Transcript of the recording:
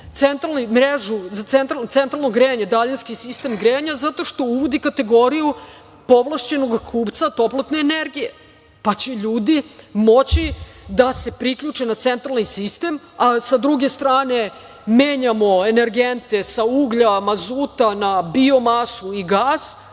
centralnu mrežu za centralno grejanje, daljinski sistem grejanja zato što uvodi kategoriju „povlašćenog kupca toplotne energije“, pa će ljudi moći da se priključe na centralni sistem. S druge strane, menjamo energente sa uglja, mazuta na biomasu i gas.